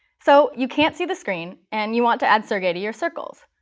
so you can't see the screen and you want to add sergey to your circles.